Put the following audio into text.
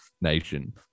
nation